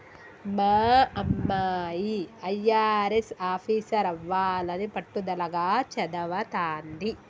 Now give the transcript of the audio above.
మా అమ్మాయి అయ్యారెస్ ఆఫీసరవ్వాలని పట్టుదలగా చదవతాంది